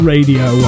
Radio